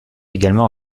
également